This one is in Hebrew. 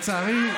לצערי,